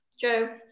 Joe